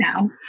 now